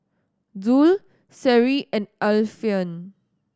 Zul Seri and Alfian